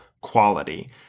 quality